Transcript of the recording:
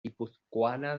guipuzcoana